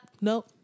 no